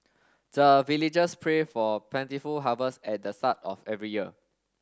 the villagers pray for plentiful harvest at the start of every year